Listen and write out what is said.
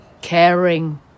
Caring